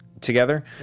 together